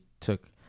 took